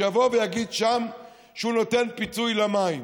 שיבוא ויגיד שם שהוא נותן פיצוי על מים.